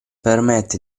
permette